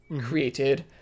created